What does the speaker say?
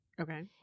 okay